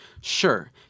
Sure